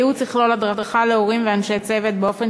הייעוץ יכלול הדרכה להורים ולאנשי הצוות באופן